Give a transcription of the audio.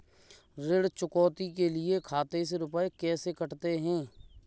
ऋण चुकौती के लिए खाते से रुपये कैसे कटते हैं?